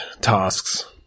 tasks